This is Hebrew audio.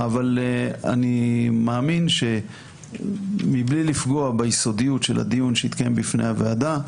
אבל אני מאמין שמבלי לפגוע ביסודיות של הדיון שיתקיים בפני הוועדה,